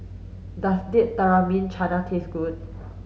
Does Date Tamarind Chutney taste good